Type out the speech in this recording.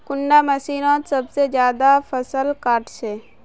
कुंडा मशीनोत सबसे ज्यादा फसल काट छै?